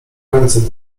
ręce